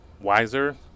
Wiser